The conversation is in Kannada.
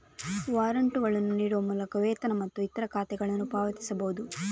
ವಾರಂಟುಗಳನ್ನು ನೀಡುವ ಮೂಲಕ ವೇತನ ಮತ್ತು ಇತರ ಖಾತೆಗಳನ್ನು ಪಾವತಿಸಬಹುದು